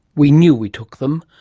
we knew we took them,